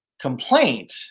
complaint